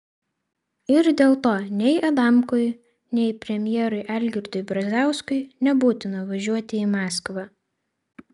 ir dėl to nei adamkui nei premjerui algirdui brazauskui nebūtina važiuoti į maskvą